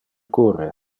curre